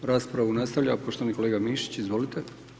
Raspravu nastavlja poštovani kolega Mišić, izvolite.